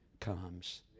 comes